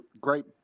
great